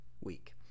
week